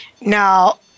Now